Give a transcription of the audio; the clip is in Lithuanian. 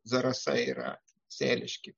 zarasai yra sėliški